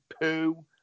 poo